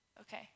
Okay